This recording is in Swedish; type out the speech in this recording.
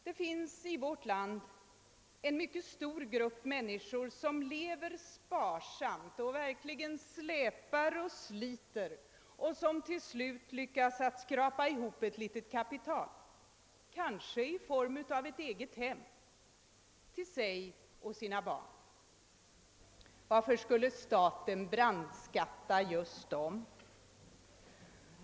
Det finns i vårt land en mycket stor grupp människor som lever sparsamt och verkligen släpar och sliter och som till slut lyckas skrapa ihop ett litet kapital, kanske i form av ett eget hem till sig och sina barn. Varför skulle staten brandskatta just dem?